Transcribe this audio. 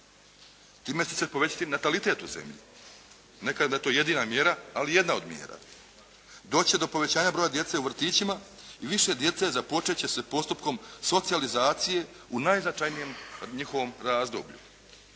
Time će se povećati natalitet u zemlji. Ne kažem da je to jedina mjera ali jedna od mjera. Doći će do povećanja broja djece u vrtićima i više djece započet će sa postupkom socijalizacije u najznačajnijem njihovom razdoblju.